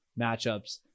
matchups